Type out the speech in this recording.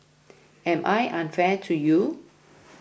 am I unfair to you